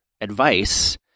advice